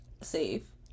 safe